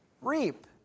reap